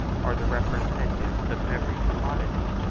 are the representatives of every commodity.